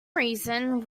reason